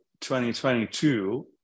2022